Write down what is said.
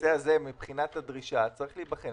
הנושא הזה מבחינת הדרישה, צריך להיבחן.